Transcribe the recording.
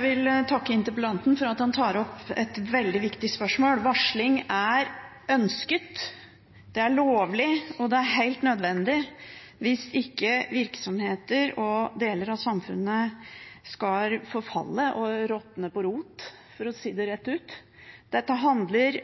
vil takke interpellanten for at han tar opp et veldig viktig spørsmål. Varsling er ønsket. Det er lovlig, og det er helt nødvendig hvis ikke virksomheter og deler av samfunnet skal forfalle og råtne på rot, for å si det rett ut. Dette handler